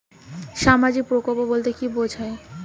সামাজিক প্রকল্প বলতে কি বোঝায়?